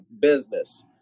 business